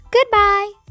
Goodbye